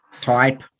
type